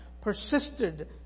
persisted